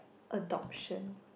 adoption